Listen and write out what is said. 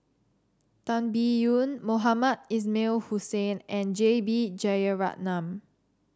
Tan Biyun Mohamed Ismail Hussain and J B Jeyaretnam